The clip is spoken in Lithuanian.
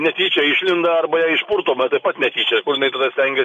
netyčia išlenda arba ją išpurto bet taip pat netyčia kur jinai tada stengias